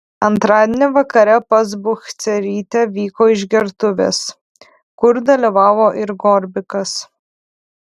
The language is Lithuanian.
antradienį vakare pas buchcerytę vyko išgertuvės kur dalyvavo ir gorbikas